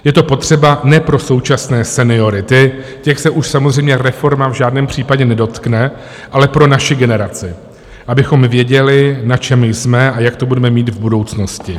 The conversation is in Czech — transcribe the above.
Je to potřeba ne pro současné seniory, těch se už samozřejmě reforma v žádném případě nedotkne, ale pro naši generaci, abychom věděli, na čem jsme a jak to budeme mít v budoucnosti.